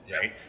right